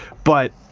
but